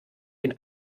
den